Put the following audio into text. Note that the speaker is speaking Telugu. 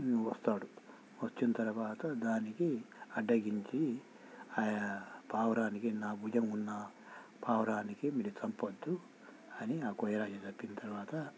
వస్తాడు వచ్చిన తర్వాత దానికి అడ్డగించి అయా పావురానికి నా భుజం ఉన్న పావురానికి మీరు చంపొద్దు అని ఆ కొయ్యరాజు చెప్పిన తర్వాత